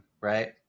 Right